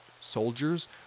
soldiers